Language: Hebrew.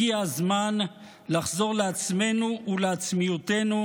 הגיע הזמן לחזור לעצמנו ולעצמיותנו,